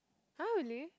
!huh! really